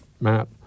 Matt